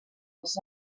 als